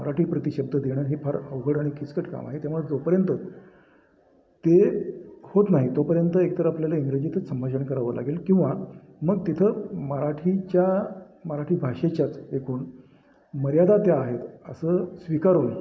मराठी प्रतिशब्द देणं हे फार अवघड आणि किचकट काम आहे त्यामुळं जोपर्यंत ते होत नाही तोपर्यंत एकतर आपल्याला इंग्रजीतच संभाषण करावं लागेल किंवा मग तिथं मराठीच्या मराठी भाषेच्याच एकूण मर्यादा त्या आहेत असं स्वीकारून